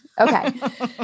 Okay